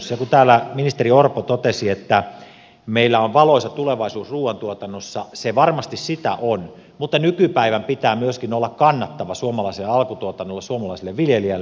ja kun täällä ministeri orpo totesi että meillä on valoisa tulevaisuus ruuantuotannossa se varmasti sitä on mutta nykypäivän pitää myöskin olla kannattava suomalaiselle alkutuotannolle suomalaiselle viljelijälle